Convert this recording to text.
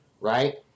right